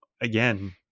again